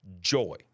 joy